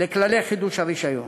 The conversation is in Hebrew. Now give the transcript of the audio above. לכללי חידוש הרישיון.